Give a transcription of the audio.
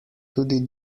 tudi